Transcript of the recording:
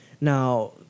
now